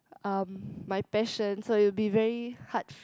um my passion so it'll be very hard